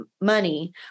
money